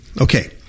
Okay